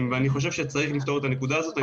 אני חושב שצריך לפתור את הנקודה הזאת.